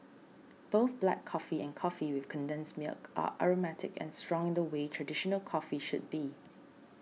both black coffee and coffee with condensed milk are aromatic and strong in the way traditional coffee should be